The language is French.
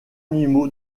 animaux